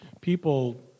people